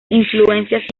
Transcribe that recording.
influencias